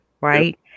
right